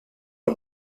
und